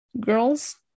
girls